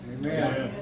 Amen